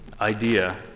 idea